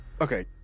Okay